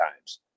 times